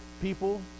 people